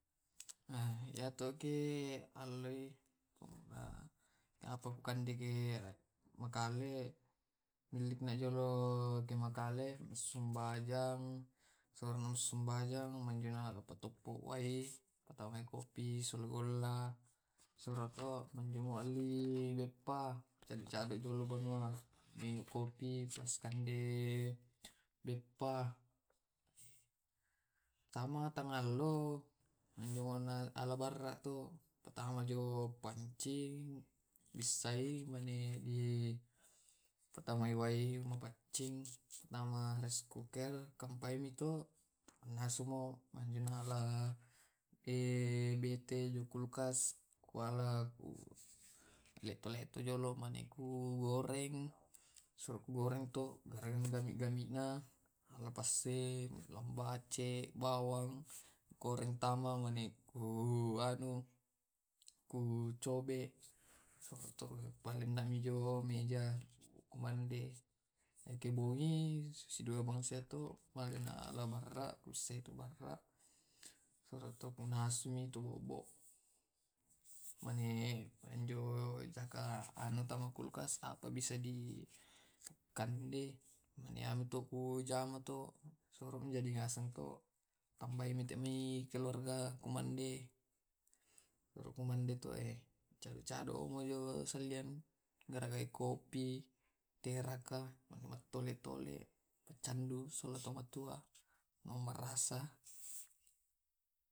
Ha ya tu ki allei napa kukandeke makale milik na jolo ke makale masumbajang masumbajang mapatopo wae, kupatamai kopi silo olang surato dimuali. Minum kopi kande beppa tama tangallo alabara to patama jo pancing bisai mani di patanai wae mapaccing patamai rice cooker kampai mi to mannasumo anjai nala bete dikulkas. Kualai letoi-leto jolo maneku kugoreng sudah kugoreng to garagai gammi gammina ala pase lambace bawang korentama maneku kucobe palenaknami meja kumande. Eke bongi sidua bangsiato malena alabarra pusaetu abarra mani manjo caka ano tama kulkas apa bisa di kande maniantu ku jama tu suru manjadi aseng tu tambaimi me keluarga kumande. mande to cado cadomo salieng garagai kopi teraka matela tole tole pacandu sole mola patua nau marasa.